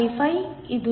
55 ಇದು 0